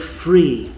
free